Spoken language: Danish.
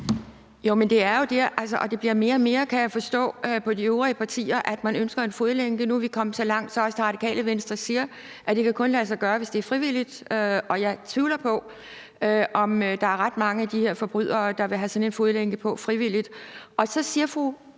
Pia Kjærsgaard (DF): Det bliver mere og mere sådan, kan jeg forstå på de øvrige partier, at man ønsker en fodlænke. Nu er vi kommet så langt, at også Radikale Venstre siger, at det kun kan lade sig gøre, hvis det er frivilligt. Jeg tvivler på, at der er ret mange af de her forbrydere, der vil have sådan en fodlænke på frivilligt. Så siger fru